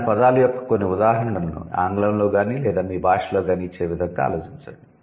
అలాంటి పదాల యొక్క కొన్ని ఉదాహరణలను ఆంగ్లంలోగాని లేదా మీ భాషలో గాని ఇచ్చే విధంగా ఆలోచించండి